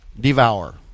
devour